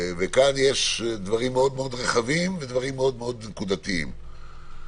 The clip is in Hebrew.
כאן יש דברים רחבים מאוד ודברים נקודתיים מאוד.